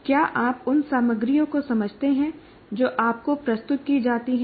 क्या आप उन सामग्रियों को समझते हैं जो आपको प्रस्तुत की जाती हैं